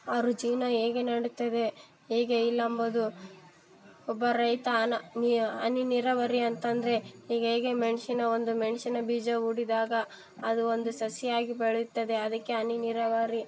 ಅವರ ಜೀವನ ಹೇಗೆ ನಡಿತದೆ ಹೇಗೆ ಇಲ್ಲ ಎಂಬುದು ಒಬ್ಬ ರೈತ ನ ನೀ ಹನಿ ನೀರಾವರಿ ಅಂತಂದರೆ ಈಗ ಹೇಗೆ ಮೆಣ್ಸಿನ ಒಂದು ಮೆಣ್ಸಿನ ಬೀಜ ಹೂಡಿದಾಗ ಅದು ಒಂದು ಸಸಿಯಾಗಿ ಬೆಳೆಯುತ್ತದೆ ಅದಕ್ಕೆ ಹನಿ ನೀರಾವರಿ